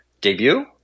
debut